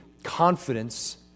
confidence